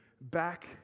back